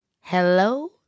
Hello